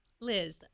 Liz